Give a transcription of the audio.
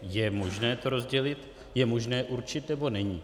Je možné to rozdělit, je možné to určit, nebo není?